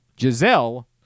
Giselle